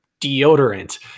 deodorant